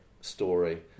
story